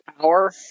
power